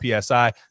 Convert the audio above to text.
PSI